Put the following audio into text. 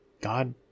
God